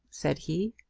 said he.